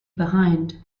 behind